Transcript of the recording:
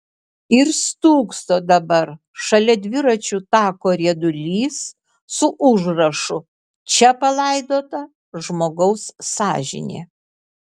ir stūkso dabar šalia dviračių tako riedulys su užrašu čia palaidota žmogaus sąžinė